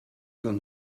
going